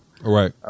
Right